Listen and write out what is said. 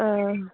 आं